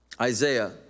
Isaiah